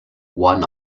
one